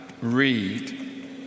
read